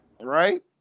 Right